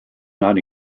not